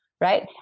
right